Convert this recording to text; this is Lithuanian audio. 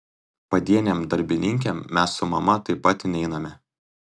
padienėm darbininkėm mes su mama taip pat neiname